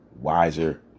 wiser